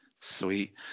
Sweet